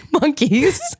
Monkeys